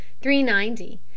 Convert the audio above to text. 390